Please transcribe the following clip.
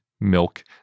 milk